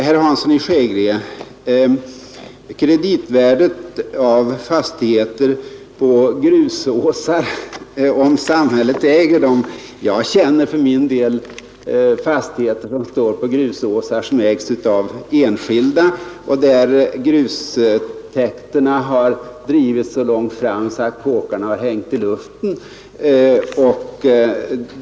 Herr Hansson i Skegrie talade om kreditvärdet för fastigheter på grusåsar om samhället äger dem. Jag känner för min del till fastigheter som står på grusåsar som ägs av enskilda, där grustäkterna har drivits så långt fram att kåkarna blivit hängande i luften.